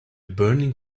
burning